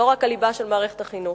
לא רק הליבה של מערכת החינוך.